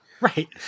Right